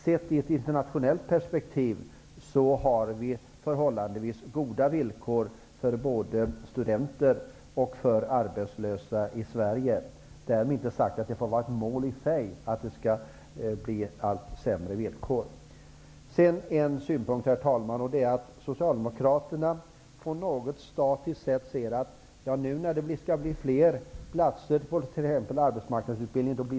Sett i ett internationellt perspektiv har vi förhållandevis goda villkor för både studenter och arbetslösa i Sverige. Därmed inte sagt att det får vara ett mål i sig att det skall bli allt sämre villkor. Herr talman! Socialdemokraterna ser det på ett något statiskt sätt som att det nu blir sämre, när det skall bli fler platser i t.ex. arbetsmarknadsutbildningen.